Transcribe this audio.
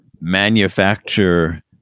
manufacture